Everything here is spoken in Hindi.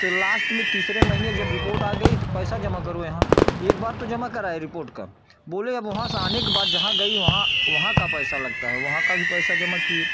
तो लास्ट में तीसरे महीने जब रिपोर्ट आ गई तो पैसा जमा करो यहाँ एक बार तो जमा कराए रिपोर्ट का बोले अब वहाँ से आने के बाद जहाँ गई वहाँ वहाँ का पैसा लगता है वहाँ का भी पैसा जमा किए